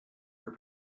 for